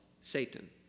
Satan